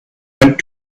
went